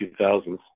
2000s